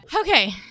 Okay